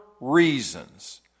reasons